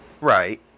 Right